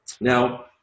Now